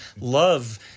love